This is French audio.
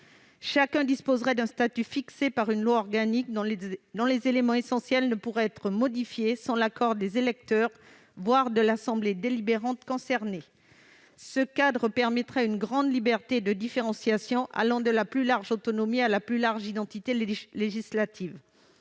Chacun disposerait d'un statut fixé par une loi organique dont les éléments essentiels ne pourraient être modifiés sans l'accord des électeurs, voire de l'assemblée délibérante concernée. Ce cadre permettrait une grande liberté de différenciation allant de la plus large autonomie à la plus large identité législative.